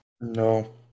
No